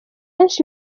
benshi